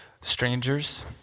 strangers